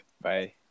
Bye